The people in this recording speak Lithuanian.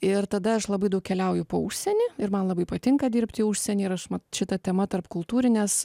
ir tada aš labai daug keliauju po užsienį ir man labai patinka dirbti užsienyje rašoma šita tema tarpkultūrinės